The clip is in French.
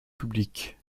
public